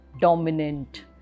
dominant